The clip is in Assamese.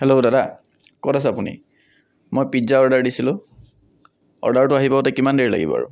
হেল্ল' দাদা ক'ত আছে আপুনি মই পিজ্জা অৰ্ডাৰ দিছিলো অৰ্ডাৰটো আহি পাওঁতে কিমান দেৰি লাগিব আৰু